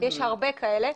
יש הרבה כאלה,